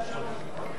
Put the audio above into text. היו שבע.